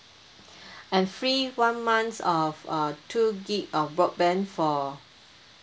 and free one month of uh two gig our broadband for